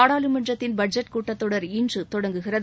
நாடாளுமன்றத்தின் பட்ஜெட் கூட்டத் தொடர் இன்று தொடங்குகிறது